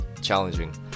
challenging